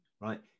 right